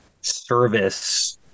service